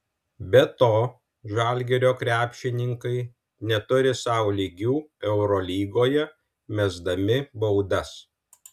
be to žalgirio krepšininkai neturi sau lygių eurolygoje mesdami baudas